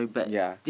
ya